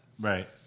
Right